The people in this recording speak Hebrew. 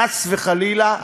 חס וחלילה,